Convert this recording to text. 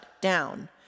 down